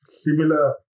similar